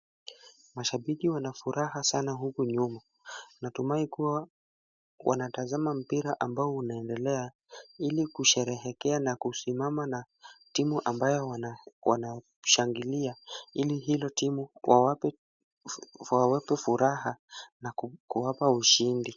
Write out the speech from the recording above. Mashabiki wana furaha sana huku nyuma. Natumai kuwa wanatazama mpira ambao unaendelea ili kusherehekea na kusimama na timu ambayo wanashangilia ili hilo timu wawape furaha na kuwapa ushindi.